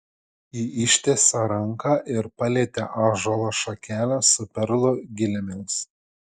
ji ištiesė ranką ir palietė ąžuolo šakelę su perlų gilėmis